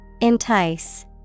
Entice